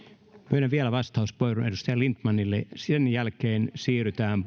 myönnän vielä vastauspuheenvuoron edustaja lindtmanille ja sen jälkeen siirrytään